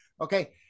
Okay